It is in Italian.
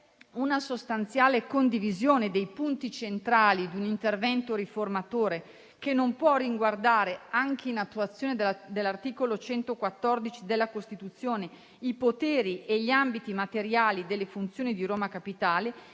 una sostanziale condivisione dei punti centrali di un intervento riformatore, che non può non riguardare, anche in attuazione dell'articolo 114 della Costituzione, i poteri e gli ambiti materiali delle funzioni di Roma Capitale,